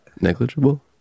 Negligible